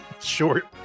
short